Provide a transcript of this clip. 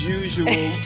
usual